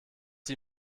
die